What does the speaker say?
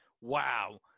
wow